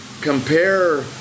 compare